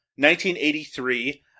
1983